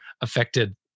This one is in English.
affected